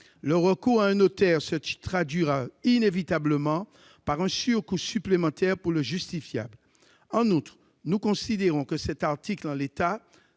Le recours à un notaire se traduira inévitablement par un surcoût pour le justiciable. En outre, nous estimons que cet article, en l'état,